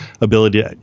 ability